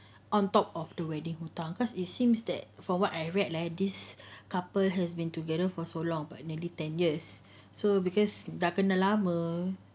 on top of the wedding [tau] because it seems that for what I read like this couple has been together for so long but nearly ten years so because dah kenal lama